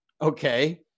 Okay